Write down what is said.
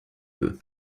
peut